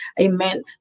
Amen